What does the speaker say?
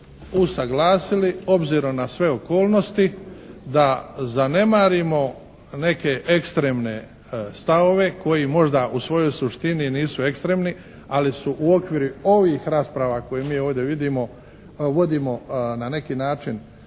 usaglasili, obzirom na sve okolnosti da zanemarimo neke ekstremne stavove koji možda u svojoj suštini nisu ekstremni, ali su u okviru ovih rasprava koje mi ovdje vidimo, vodimo na neki način